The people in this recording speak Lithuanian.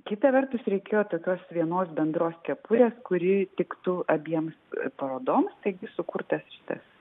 kita vertus reikėjo tokios vienos bendros kepurės kuri tiktų abiems parodoms taigi sukurtas šitas